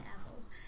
Apples